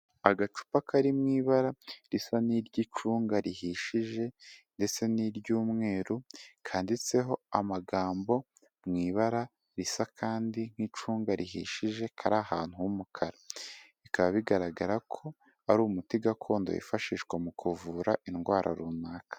Agacupa kari mu ibara risa n'iry'icunga rihishije ndetse n'iry'umweru, kanditseho amagambo mu ibara risa kandi nk'icunga rihishije kari ahantu h'umukara, bikaba bigaragara ko ari umuti gakondo wifashishwa mu kuvura indwara runaka.